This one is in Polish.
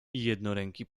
jednoręki